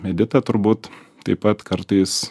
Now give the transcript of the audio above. edita turbūt taip pat kartais